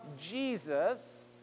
Jesus